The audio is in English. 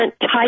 type